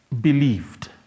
believed